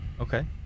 Okay